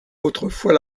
autrefois